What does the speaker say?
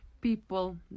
people